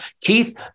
Keith